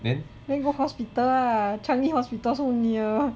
then go hospital lah changi hospital so near